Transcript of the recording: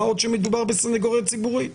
מה עוד שמדובר בסנגוריה הציבורית.